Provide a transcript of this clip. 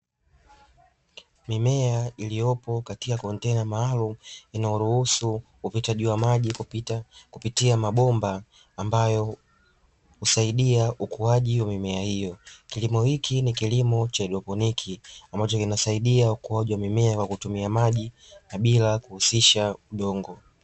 Mimea iliyopo katika kontena maalumu inayoruhusu upitaji wa maji kupita kupitia mabomba, ambayo husaidia ukuaji wa mimea hiyo. Kilimo hiki ni kilimo cha haidroponi ambacho kinasaidia ukuaji wa mimea, kwa kutumia maji na bila kuhusisha udongo.